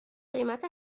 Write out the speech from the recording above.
قیمت